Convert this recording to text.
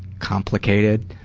complicated.